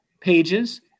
pages